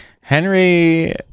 Henry